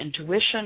intuition